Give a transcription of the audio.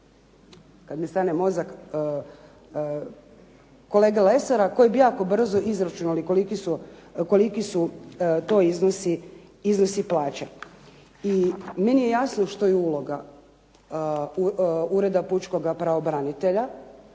kad mi stane mozak, kolege Lesara koji bi jako brzo izračunali koliki su to iznosi plaće. I meni je jasno što je uloga Ureda Pučkoga pravobranitelja,